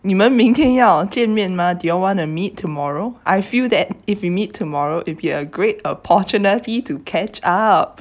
你们明天要见面 mah do you all wanna meet tomorrow I feel that if we meet tomorrow it'll be a great opportunity to catch up